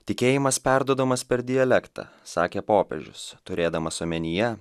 tikėjimas perduodamas per dialektą sakė popiežius turėdamas omenyje